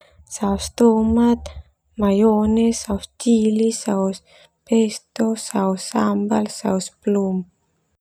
Saos tomat, mayones, saos cili, saos pesto, saos sambal, saos plum.